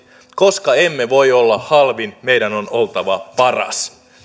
koska emme voi olla halvin meidän on oltava paras